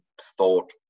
thought